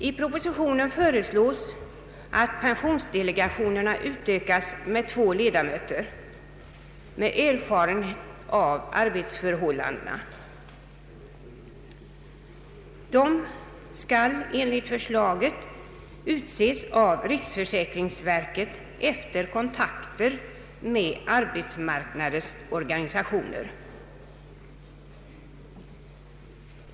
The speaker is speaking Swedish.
I propositionen föreslås att pensionsdelegationerna utökas med två ledamöter med erfarenhet av arbetsförhållandena. De skall enligt förslaget utses av riksförsäkringsverket efter kontakter med arbetsmarknadens organisationer.